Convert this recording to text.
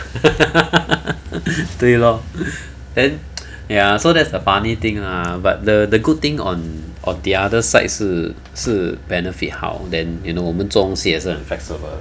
对 lor then ya so that's the funny thing ah but the good thing on the other side 是是 benefit 好 then 我们做东西也是很 flexible